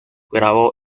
grabó